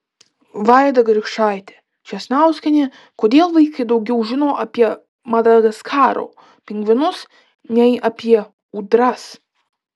vaida grikšaitė česnauskienė kodėl vaikai daugiau žino apie madagaskaro pingvinus nei apie ūdras